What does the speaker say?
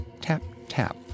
tap-tap